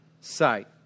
sight